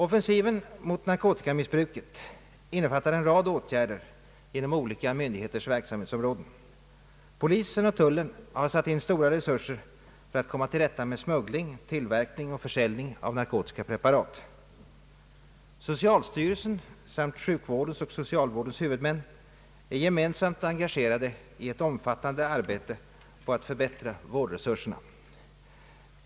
Offensiven mot narkotikamissbruket innefattar en rad åtgärder inom olika myndigheters verksamhetsområden. Polisen och tullen har satt in stora resurser för att komma till rätta med smuggling, tillverkning och försäljning av narkotiska preparat. Socialstyrelsen samt sjukvårdens och socialvårdens huvudmän är gemensamt engagerade i ett omfattande arbete på att förbättra vårdresurserna.